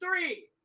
three